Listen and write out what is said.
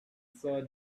saw